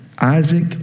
Isaac